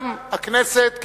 גם הכנסת,